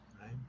right